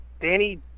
Danny